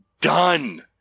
done